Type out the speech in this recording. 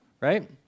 Right